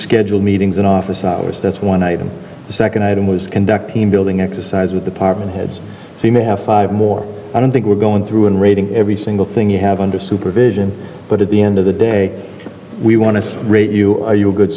schedule meetings and office hours that's one item the second item was conducting a building exercise with department heads so you may have five more i don't think we're going through in rating every single thing you have under supervision but at the end of the day we want to rate you are you a good